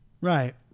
Right